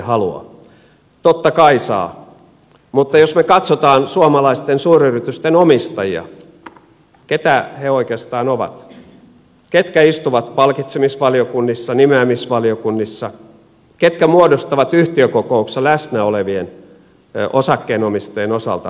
totta kai saa mutta jos me katsomme suomalaisten suuryritysten omistajia niin keitä he oikeastaan ovat ketkä istuvat pal kitsemisvaliokunnissa nimeämisvaliokunnissa ketkä muodostavat yhtiökokouksissa läsnä olevien osakkeenomistajien osalta käytännössä enemmistön